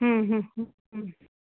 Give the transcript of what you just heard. हम्म हम्म